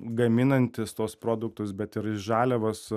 gaminantys tuos produktus bet ir žaliavas